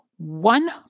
one